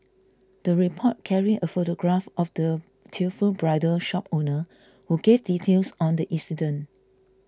the report carried a photograph of the tearful bridal shop owner who gave details on the incident